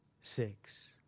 six